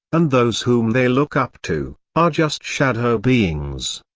and those whom they look up to, are just shadow beings,